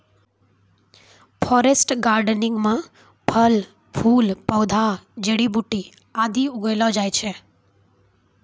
forest gardening म फल फूल पौधा जड़ी बूटी आदि उगैलो जाय छै